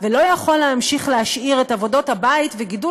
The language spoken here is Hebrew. ולא יכול להמשיך להשאיר את עבודות הבית וגידול